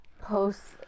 Posts